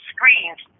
Screens